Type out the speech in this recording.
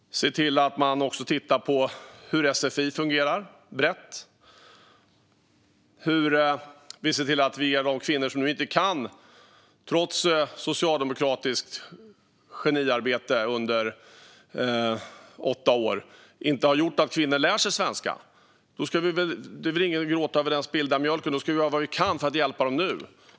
Vidare ska vi titta på hur sfi fungerar brett. Vad gäller kvinnorna som inte har lärt sig svenska, trots socialdemokratiskt geniarbete under åtta år, ska vi inte gråta över spilld mjölk, utan vi ska göra vad vi kan för att hjälpa dem nu.